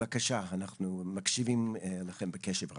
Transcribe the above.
בבקשה, אנחנו מקשיבים לכם בקשב רב.